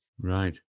right